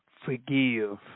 forgive